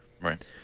Right